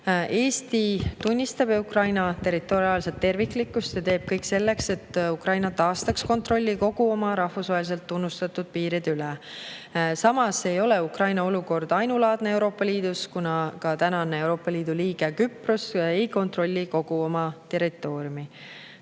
Eesti tunnistab Ukraina territoriaalset terviklikkust ja teeb kõik selleks, et Ukraina taastaks kontrolli kogu oma rahvusvaheliselt tunnustatud piiri üle. Samas ei ole Ukraina olukord ainulaadne Euroopa Liidus, kuna ka praegune Euroopa Liidu liige Küpros ei kontrolli kogu oma territooriumi. Teine